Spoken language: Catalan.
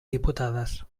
diputades